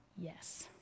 Yes